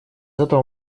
этого